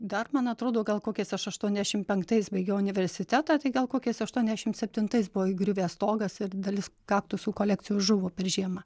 dar man atrodo gal kokiais aš aštuoniasdešimt penktais baigiau universitetą tai gal kokiais aštuoniasdešimt septintais buvo įgriuvęs stogas ir dalis kaktusų kolekcijos žuvo per žiemą